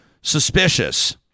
suspicious